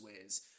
ways